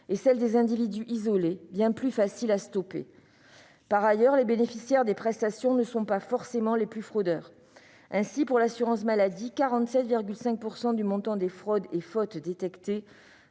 et celle des individus isolés, bien plus facile à stopper. Par ailleurs, les bénéficiaires des prestations ne sont pas forcément les plus fraudeurs. Ainsi, pour l'assurance maladie, 47,5 % du montant des fraudes et fautes détectées